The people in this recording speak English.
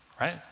Right